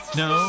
no